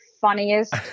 funniest